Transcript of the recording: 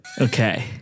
Okay